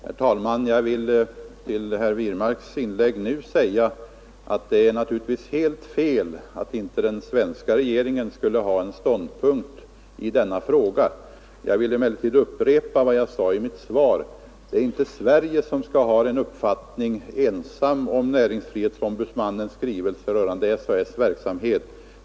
Herr talman! Jag vill efter herr Wirmarks inlägg bara säga, att det naturligtvis är helt fel att påstå att den svenska regeringen inte skulle ha en ståndpunkt i denna fråga. Jag vill emellertid upprepa vad jag sade i mitt svar. Det är inte Sverige som ensamt skall ha en uppfattning om näringsfrihetsombudsmannens skrivelse rörande SAS:s verksamhet.